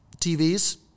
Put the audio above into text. TVs